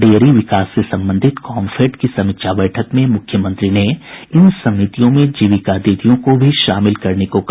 dairy विकास से संबंधित कॉम्फेड की समीक्षा बैठक में मुख्यमंत्री ने इन समितियों में जीविका दीदियों को भी शामिल करने को कहा